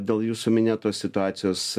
dėl jūsų minėtos situacijos